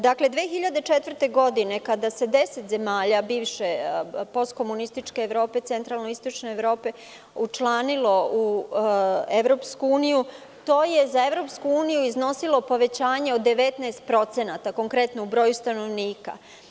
Dakle, 2004. godine, kada se 10 zemalja bivše postkomunističke Evrope, centralnoistočne Evrope učlanilo u EU, to je za EU iznosilo povećanje od 19%, konkretno, u broju stanovnika.